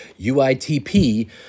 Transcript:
UITP